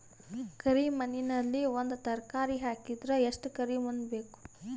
ಕರಿ ಮಣ್ಣಿನಲ್ಲಿ ಒಂದ ತರಕಾರಿ ಹಾಕಿದರ ಎಷ್ಟ ಕರಿ ಮಣ್ಣು ಬೇಕು?